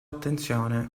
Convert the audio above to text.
attenzione